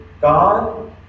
God